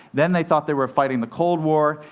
then they thought they were fighting the cold war,